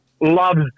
loves